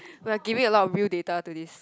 but I'm giving a lot of real data to this